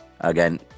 again